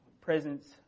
presence